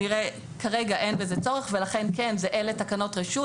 כרגע אין בזה צורך ולכן אלה תקנות רשות.